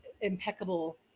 impeccable